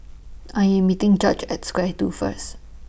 I Am meeting Judge At Square two First